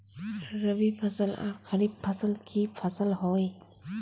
रवि फसल आर खरीफ फसल की फसल होय?